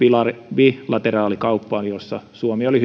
bilateraalikauppaan jossa suomi oli